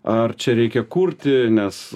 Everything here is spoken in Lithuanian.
ar čia reikia kurti nes